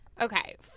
Okay